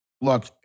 Look